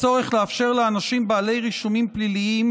הצורך לאפשר לאנשים בעלי רישומים פליליים,